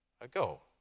ago